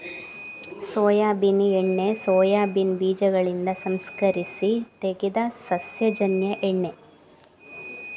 soybean ಎಣ್ಣೆ soybean ಬೀಜಗಳಿಂದ ಸಂಸ್ಕರಿಸಿ ತೆಗೆದ ಸಸ್ಯಜನ್ಯ ಎಣ್ಣೆ